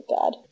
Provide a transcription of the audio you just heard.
god